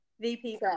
VP